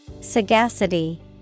Sagacity